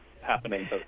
happening